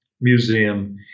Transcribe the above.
museum